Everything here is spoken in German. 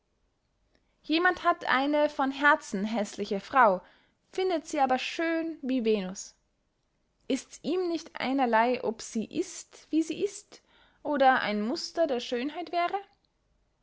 jemand hat eine von herzen häßliche frau findet sie aber schön wie venus ists ihm nicht einerley ob sie ist wie sie ist oder ein muster der schönheit wäre